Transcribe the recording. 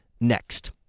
next